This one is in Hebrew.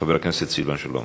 חבר הכנסת סילבן שלום.